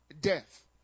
Death